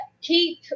keep